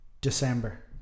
December